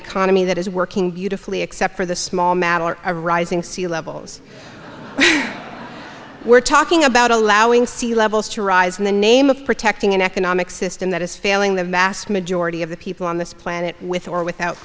economy that is working beautifully except for the small matter of rising sea levels we're talking about allowing sea levels to rise in the name of protecting an economic system that is failing the vast majority of the people on this planet with or without